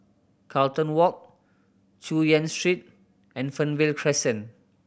Carlton Walk Chu Yen Street and Fernvale Crescent